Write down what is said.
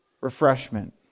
refreshment